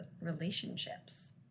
relationships